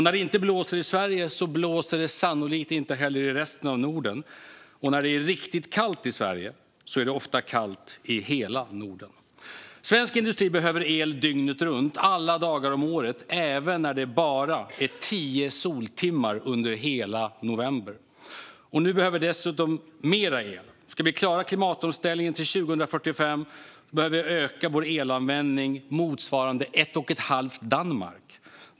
När det inte blåser i Sverige blåser det sannolikt inte heller i resten av Norden. Och när det är riktigt kallt i Sverige är det ofta kallt i hela Norden. Svensk industri behöver el dygnet runt, alla dagar om året, även när det bara är tio soltimmar under hela november. Nu behövs dessutom mer el. Ska vi klara klimatomställningen till 2045 behöver vi öka vår elanvändning motsvarande ett och ett halvt Danmark.